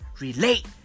relate